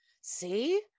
See